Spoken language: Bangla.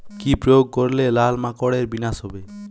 কি প্রয়োগ করলে লাল মাকড়ের বিনাশ হবে?